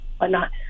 whatnot